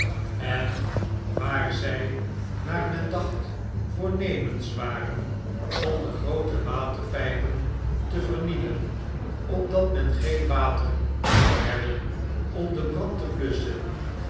en waar zij naar men dacht voornemens waren om de groote waterpijpen te vernielen opdat men geen water zou hebben om den brand te blusschen